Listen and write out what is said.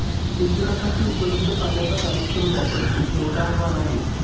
सिंचनासाठी उपलब्ध पाण्याचा कार्यक्षम वापर खूप मोठं आवाहन आहे